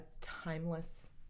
timeless